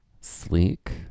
Sleek